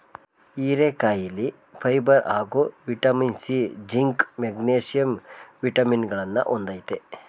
ಹೀರೆಕಾಯಿಲಿ ಫೈಬರ್ ಹಾಗೂ vitamin C, zinc, magnesium ವಿಟಮಿನಗಳನ್ನ ಹೊಂದಯ್ತೆ